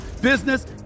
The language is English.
business